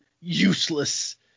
useless